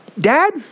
dad